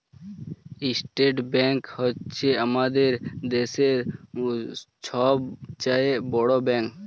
state Bank হছে আমাদের দ্যাশের ছব চাঁয়ে বড় ব্যাংক